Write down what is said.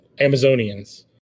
Amazonians